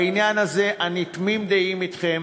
בעניין הזה אני תמים דעים אתכם,